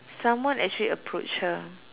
someone actually approached her